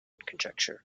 conjecture